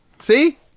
See